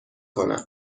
کنم